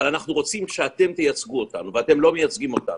אבל אנחנו רוצים שאתם תייצגו אותנו ואתם לא מייצגים אותנו.